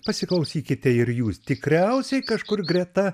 pasiklausykite ir jūs tikriausiai kažkur greta